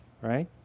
right